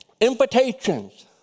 invitations